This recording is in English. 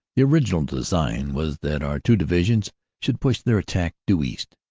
the original design was that our two divisions should push their attack due east,